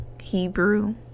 Hebrew